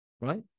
Right